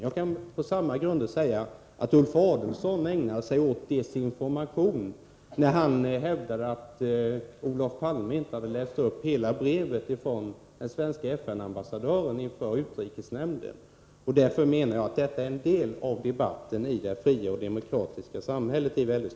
Jag kan på samma grunder säga att Ulf Adelsohn ägnade sig åt desinformation när han hävdade att Olof Palme inte hade läst upp hela brevet från den svenska FN ambassadören inför utrikesnämnden. Därför menar jag alltså att detta i stor utsträckning är en del av debatten i det fria och demokratiska samhället.